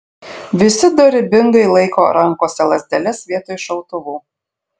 visi dorybingai laiko rankose lazdeles vietoj šautuvų